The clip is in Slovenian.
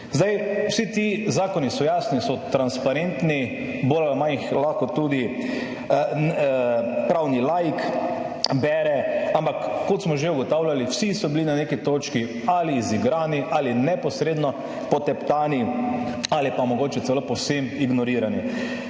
Zdaj, vsi ti zakoni so jasni, so transparentni, bolj ali manj jih lahko tudi pravni laik bere, ampak kot smo že ugotavljali, vsi so bili na neki točki ali izigrani ali neposredno poteptani ali pa mogoče celo povsem ignorirani.